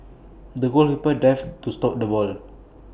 the goalkeeper dived to stop the ball